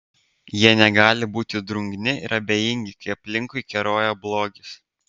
jie negali būti drungni ir abejingi kai aplinkui keroja blogis